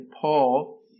Paul